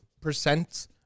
percent